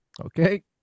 Okay